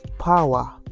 power